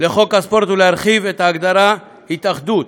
לחוק הספורט ולהרחיב את ההגדרה "התאחדות",